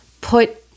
put